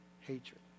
hatred